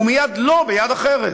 ומייד "לא" ביד אחרת.